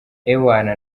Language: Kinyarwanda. ewana